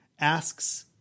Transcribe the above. asks